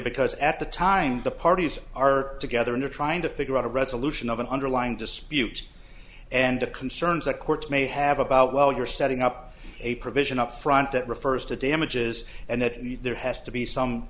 because at the time the parties are together and are trying to figure out a resolution of an underlying dispute and the concerns a court may have about well you're setting up a provision up front that refers to damages and that there has to be some